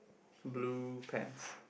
blue pants